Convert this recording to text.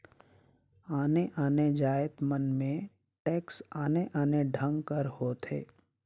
आने आने जाएत मन में टेक्स आने आने ढंग कर होथे